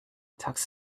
tux